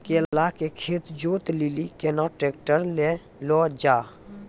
केला के खेत जोत लिली केना ट्रैक्टर ले लो जा?